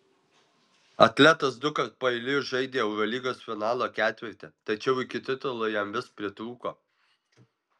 atletas dukart paeiliui žaidė eurolygos finalo ketverte tačiau iki titulo jam vis pritrūko